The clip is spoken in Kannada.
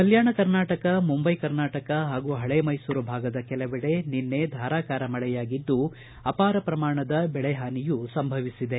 ಕಲ್ಕಾಣ ಕರ್ನಾಟಕ ಮುಂದೈ ಕರ್ನಾಟಕ ಹಾಗೂ ಹಳೇ ಮೈಸೂರು ಭಾಗದ ಕೆಲವೆಡೆ ನಿನ್ನೆ ಧಾರಾಕಾರ ಮಳೆಯಾಗಿದ್ದು ಅಪಾರ ಶ್ರಮಾಣದ ಬೆಳೆ ಹಾನಿಯೂ ಸಂಭವಿಸಿದೆ